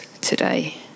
today